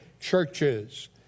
churches